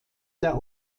der